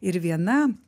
ir viena